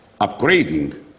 upgrading